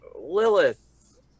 Lilith